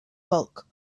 bulk